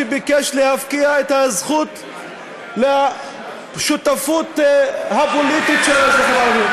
שביקש להפקיע את הזכות לשותפות פוליטית של האזרחים הערבים,